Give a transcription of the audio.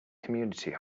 community